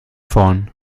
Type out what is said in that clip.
vorn